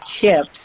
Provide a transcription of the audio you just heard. chips